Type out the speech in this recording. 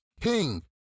King